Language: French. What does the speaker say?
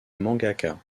mangaka